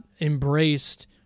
embraced